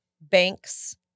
banks